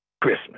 Christmas